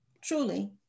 truly